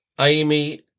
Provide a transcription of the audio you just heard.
Amy